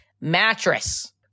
mattress